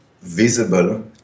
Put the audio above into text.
visible